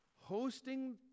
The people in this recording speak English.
hosting